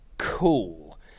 cool